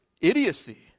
idiocy